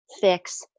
fix